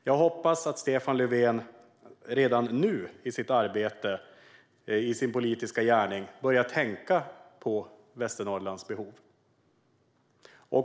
Jag hoppas att Stefan Löfven redan nu i sitt arbete och sin politiska gärning börjar tänka på Västernorrlands behov.